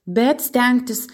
bet stengtis